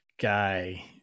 guy